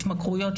למשל התמכרויות,